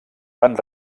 van